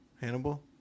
Hannibal